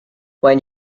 when